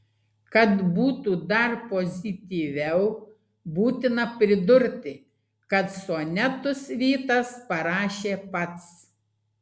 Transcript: kad būtų dar pozityviau būtina pridurti kad sonetus vytas parašė pats